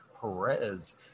Perez